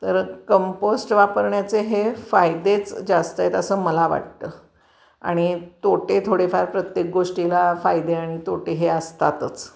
तर कंपोस्ट वापरण्याचे हे फायदेच जास्त आहेत असं मला वाटतं आणि तोटे थोडेफार प्रत्येक गोष्टीला फायदे आणि तोटे हे असतातच